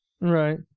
Right